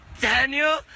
Daniel